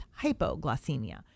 hypoglycemia